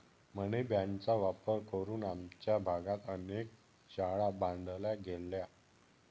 मनी बाँडचा वापर करून आमच्या भागात अनेक शाळा बांधल्या गेल्या